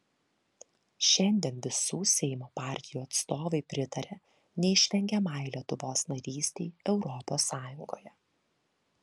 šiandien visų seimo partijų atstovai pritaria neišvengiamai lietuvos narystei europos sąjungoje